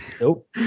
Nope